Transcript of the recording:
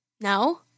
No